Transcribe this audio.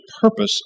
purpose